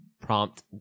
prompt